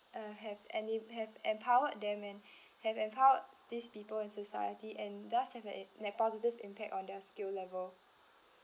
uh have ena~ have empowered them and have empowered these people in society and thus have a ne~ positive impact on their skill level